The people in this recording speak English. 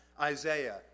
Isaiah